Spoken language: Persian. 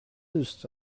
دوست